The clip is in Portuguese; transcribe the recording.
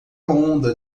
onda